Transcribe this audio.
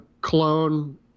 clone